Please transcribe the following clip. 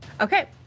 Okay